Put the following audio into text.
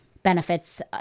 Benefits